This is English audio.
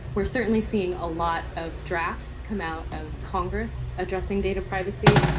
we're certainly seeing a lot of drafts come out of congress addressing data privacy,